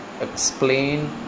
explain